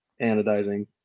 anodizing